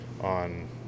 on